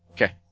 Okay